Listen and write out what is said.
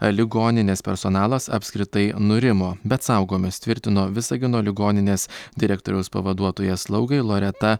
ligoninės personalas apskritai nurimo bet saugomės tvirtino visagino ligoninės direktoriaus pavaduotoja slaugai loreta